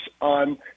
on